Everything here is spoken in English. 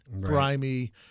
grimy